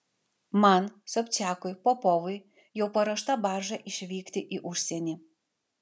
man sobčiakui popovui jau paruošta barža išvykti į užsienį